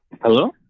Hello